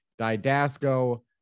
Didasco